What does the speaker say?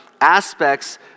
aspects